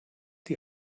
die